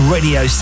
Radio